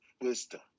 wisdom